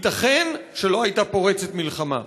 ייתכן שלא הייתה פורצת מלחמה.